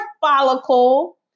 follicle